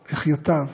אחיותיו,